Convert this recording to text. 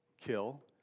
kill